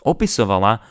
Opisovala